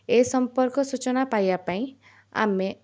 ଏ ସମ୍ପର୍କ ସୂଚନା ପାଇବା ପାଇଁ ଆମେ